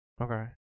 Okay